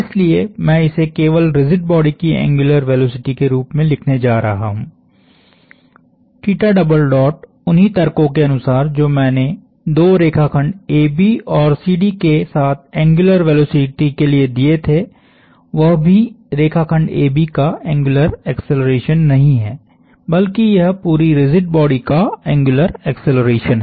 इसलिए मैं इसे केवल रिजिड बॉडी की एंग्युलर वेलोसिटी के रूप में लिखने जा रहा हूं उन्हीं तर्कों के अनुसार जो मैंने दो रेखाखंड AB और CD के साथ एंग्युलर वेलोसिटी के लिए दिए थे वह भी रेखाखंड AB का एंग्युलर एक्सेलरेशन नहीं है बल्कि यह पूरी रिजिड बॉडी का एंग्युलर एक्सेलरेशन है